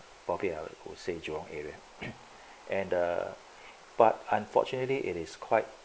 probably I would say jurong area and the but unfortunately it is quite